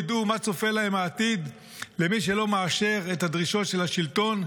ידעו מה צופן העתיד למי שלא מאשר את הדרישות של השלטון,